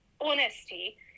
honesty